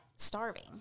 Starving